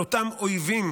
על אותם אויבים